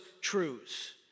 truths